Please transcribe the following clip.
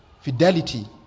fidelity